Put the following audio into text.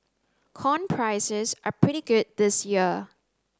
corn prices are pretty good this year